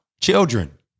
Children